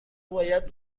باید